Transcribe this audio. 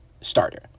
starter